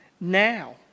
now